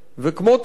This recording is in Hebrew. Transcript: וכמו תמיד,